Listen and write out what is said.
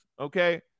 okay